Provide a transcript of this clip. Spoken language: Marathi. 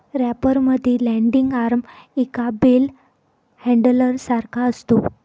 रॅपर मध्ये लँडिंग आर्म एका बेल हॅण्डलर सारखा असतो